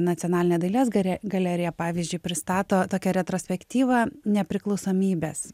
nacionalinė dailės gare galerija pavyzdžiui pristato tokią retrospektyvą nepriklausomybės